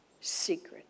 Secret